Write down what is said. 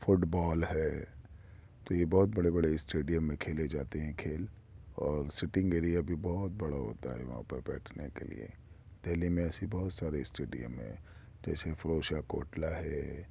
fit بال ہے تو یہ بہت بڑے بڑے اسٹیڈیم میں کھیلے جاتے ہیں کھیل اور سٹینگ ایریا بہت بڑا ہوتا ہے وہاں پر بیٹھنے کے لیے دہلی میں ایسی بہت سارے اسٹیڈیم ہیں جیسے فروز شاہ کوٹلہ ہے